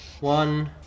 One